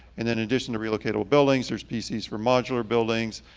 and in addition to relocatable buildings, there's pcs for modular buildings,